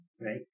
right